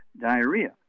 diarrhea